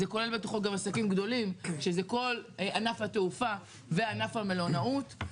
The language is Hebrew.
זה כולל בתוכו גם עסקים גדולים שזה כל ענף התעופה וענף המלונאות,